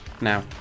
now